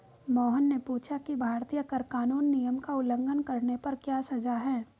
मोहन ने पूछा कि भारतीय कर कानून नियम का उल्लंघन करने पर क्या सजा है?